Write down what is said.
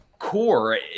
core